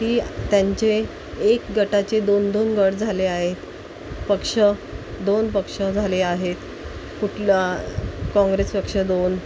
ती त्यांचे एक गटाचे दोन दोन गट झाले आहे पक्ष दोन पक्ष झाले आहेत कुठला काँग्रेस पक्ष दोन